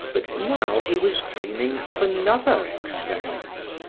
but now he was dreaming of another experiment.